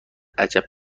عجب